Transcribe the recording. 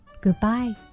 Goodbye